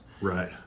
Right